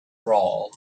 brawl